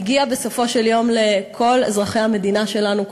הגיעה בסופו של יום לכל אזרחי המדינה שלנו.